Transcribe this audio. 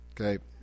Okay